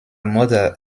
mother